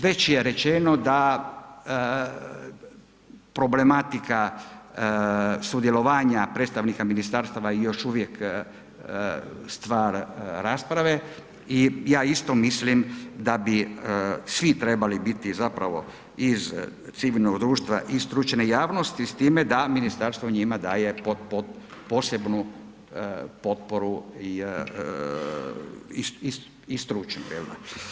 Već je rečeno da problematika sudjelovanja predstavnika ministarstava još uvijek stvara rasprave i ja isto mislim da bi svi trebali biti zapravo iz civilnog društva i stručne javnosti s time da ministarstvo njima daje posebnu potporu i stručnu, jel' da.